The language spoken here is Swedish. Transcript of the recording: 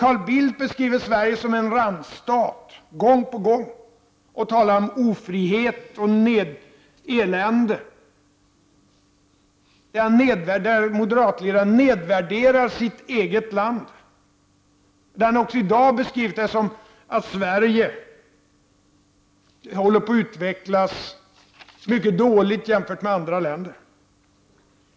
Carl Bildt beskriver gång på gång Sverige som en randstat och talar om ofrihet och elände. Den värderade moderatledaren nedvärderar sitt eget land. Också i dag har han beskrivit det som att Sverige utvecklas mycket dåligt jämfört med andra länder.